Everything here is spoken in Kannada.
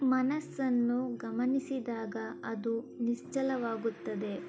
ಮನಸ್ಸನ್ನು ಗಮನಿಸಿದಾಗ ಅದು ನಿಶ್ವಲವಾಗುತ್ತದೆ